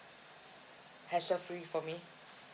hassle-free for me